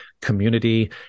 community